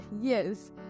Yes